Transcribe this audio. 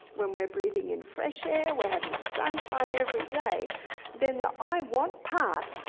when we're breathing in fresh air, we're having sunshine every day then the i want part,